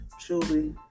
truly